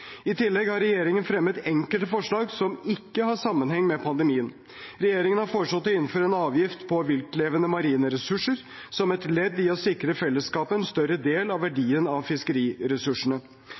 I tillegg har regjeringen fremmet enkelte forslag som ikke har sammenheng med pandemien. Regjeringen har foreslått å innføre en avgift på viltlevende marine ressurser som et ledd i å sikre fellesskapet en større del av verdien av fiskeriressursene.